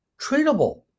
treatable